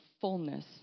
fullness